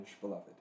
beloved